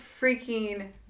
freaking